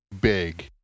big